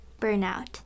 burnout